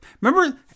Remember